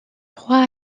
trois